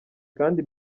kandi